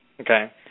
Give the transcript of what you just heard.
Okay